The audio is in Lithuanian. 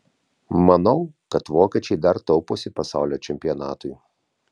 manau kad vokiečiai dar tauposi pasaulio čempionatui